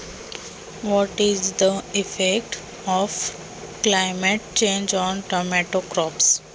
वातावरणाच्या बदलामुळे टमाट्याच्या पिकावर काय परिणाम होतो?